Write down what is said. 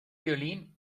violín